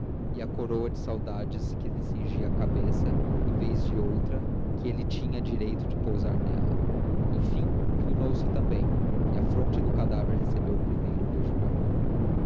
e a coroa de saudades que lhe cingia a cabeça em vez de outra que ele tinha direito de pousar nela enfim inclinou-se também e a fronte do cadáver recebeu o primeiro beijo de amor